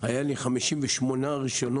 היו לי 58 רישיונות,